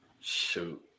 Shoot